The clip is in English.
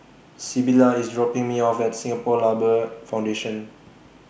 Sybilla IS dropping Me off At Singapore Labour Foundation